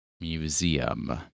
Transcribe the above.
museum